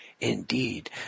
indeed